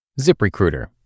ZipRecruiter